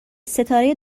ستاره